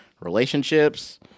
relationships